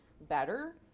better